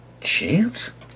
Chance